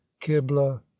Kibla